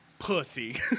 Pussy